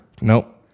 Nope